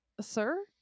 Sir